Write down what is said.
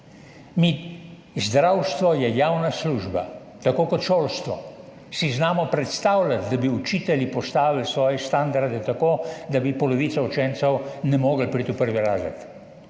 Zdravstvo je javna služba, tako kot šolstvo. Ali si znamo predstavljati, da bi učitelji postavili svoje standarde tako, da polovica učencev ne bi mogla priti v prvi razred?